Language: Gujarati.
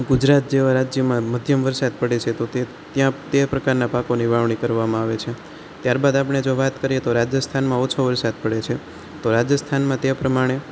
ગુજરાત જેવા રાજ્યમાં મધ્યમ વરસાદ પડે છે તો તે ત્યાં તે પ્રકારના પાકોની વાવણી કરવામાં આવે છે ત્યારબાદ આપણે જો વાત કરીએ રાજસ્થાનમાં ઓછો વરસાદ પડે છે તો રાજસ્થાનમાં તે પ્રમાણે